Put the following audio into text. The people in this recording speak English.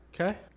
okay